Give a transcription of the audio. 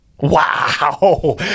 Wow